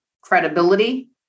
credibility